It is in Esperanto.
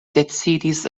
decidis